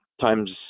Times